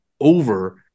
over